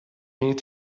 need